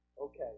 Okay